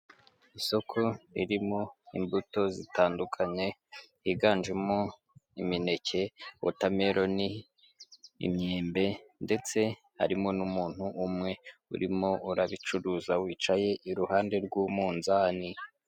Isoko ririmo imbuto zitandukanye higanjemo imineke, watermelon, imyembe ndetse harimo n'umuntu umwe urimo urabicuruza wicaye iruhande rw'umunzani.